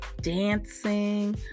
dancing